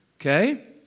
Okay